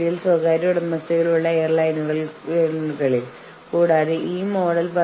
നമ്മുടെ വികാരങ്ങള കുറിച്ചുള്ള നമ്മുടെ ബോധം അത് നമ്മുടെ വികാരങ്ങളെ നിയന്ത്രിക്കാൻ എപ്പോഴും സഹായിക്കുന്നു